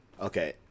okay